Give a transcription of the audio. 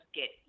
get